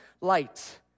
light